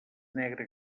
negre